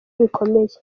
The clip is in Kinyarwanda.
bikomeye